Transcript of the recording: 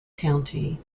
county